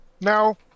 Now